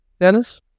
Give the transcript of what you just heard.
Dennis